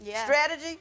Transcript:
strategy